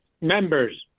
members